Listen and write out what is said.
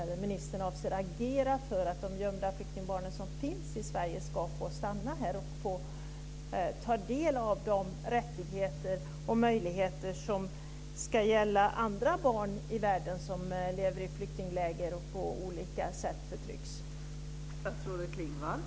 Avser statsrådet att agera för att gömda flyktingbarn i Sverige ska få stanna här och ta del av de rättigheter och möjligheter som ska gälla alla barn i världen som lever i flyktingläger eller på olika sätt förtrycks?